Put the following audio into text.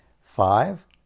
Five